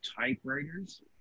typewriters